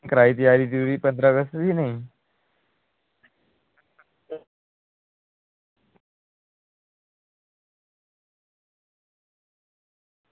कराई त्यारी भी पंदरां अगस्त दी जां नेईं